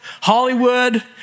Hollywood